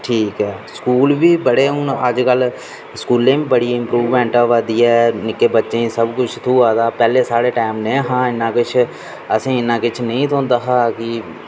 ठीक ऐ स्कूल बी बड़े हून अज्ज कल्ल स्कूलें बड़ी इंप्रूवमैंट होआ दी निक्के बच्चें गी सब किश थ्होआ दी पैह्ले साढे़ टाईम